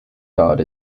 card